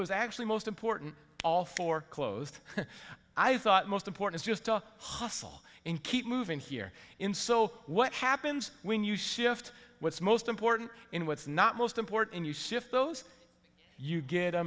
was actually most important all four closed i thought most important just to hustle in keep moving here in so what happens when you shift what's most important in what's not most important and you shift those you get a